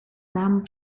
nam